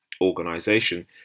organization